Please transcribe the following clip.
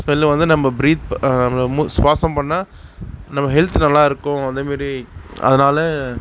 smell வந்து நம்ப breath சுவாசம் பண்ணிணா நம்ப ஹெல்த் நல்லாயிருக்கும் அந்தமாரி அதனால